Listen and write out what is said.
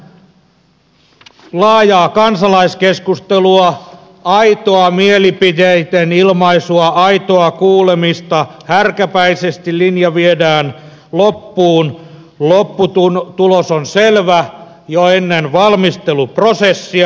ilman laajaa kansalaiskeskustelua aitoa mielipiteiden ilmaisua aitoa kuulemista härkäpäisesti linja viedään loppuun lopputulos on selvä jo ennen valmisteluprosessia